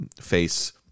face